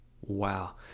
Wow